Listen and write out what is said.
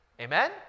Amen